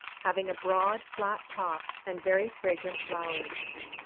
having a broad, flat top, and very fragrant flowers.